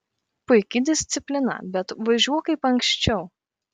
puiki disciplina bet važiuok kaip anksčiau